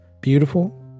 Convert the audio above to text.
beautiful